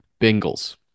Bengals